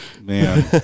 Man